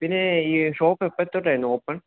പിന്നെ ഈ ഷോപ്പ് എപ്പോള് മുതല്ക്കായിരുന്നു ഓപ്പൺ